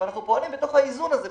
אבל אנחנו פועלים בתוך האיזון הזה,